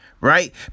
right